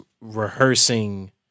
rehearsing